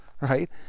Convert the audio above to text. right